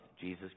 Jesus